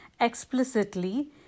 explicitly